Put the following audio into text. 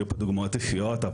יהיו פה דוגמאות אישיות.